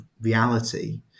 reality